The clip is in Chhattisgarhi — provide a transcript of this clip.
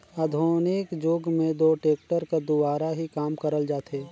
आधुनिक जुग मे दो टेक्टर कर दुवारा ही काम करल जाथे